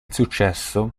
successo